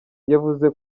yavuze